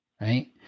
right